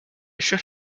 should